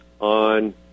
on